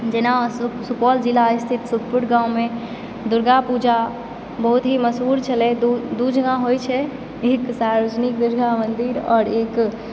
जेना सुपौल जिला स्थित सुतपुर गाँवमे दुर्गापूजा बहुत ही मशहूर छलय दू जगह होयत छै एक सार्वजनिक दुर्गा मंदिर आओर एक